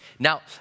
Now